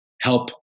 help